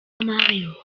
mario